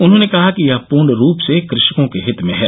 उन्होंने कहा कि यह पूर्णरूप से कृषकों के हित में है